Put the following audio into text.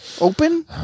open